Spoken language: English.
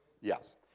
yes